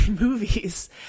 movies